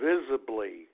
visibly